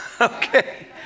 Okay